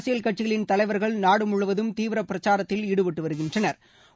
அரசியல் கட்சிகளின் தலைவா்கள் நாடு முழுவதும் தீவிர பிரச்சாரத்தில் ஈடுப்பட்டு வருகின்றனா்